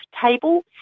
table